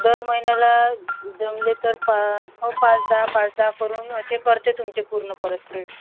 दर महिन्याला जमले तर पा हो पाच दहा पाच दहा करून असे करते तुमचे पूर्ण परतफेड